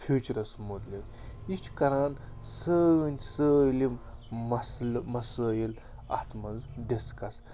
فیوٗچرَس مُتعلق یہِ چھِ کران سٲنۍ سٲلِم مَسلہٕ مَسٲیِل اَتھ منٛز ڈِسکَس